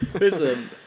Listen